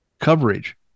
coverage